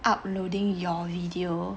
uploading your video